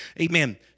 amen